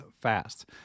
fast